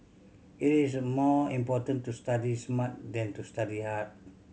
it is more important to study smart than to study hard